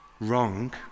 wrong